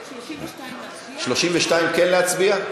על 32 כן להצביע?